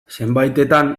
zenbaitetan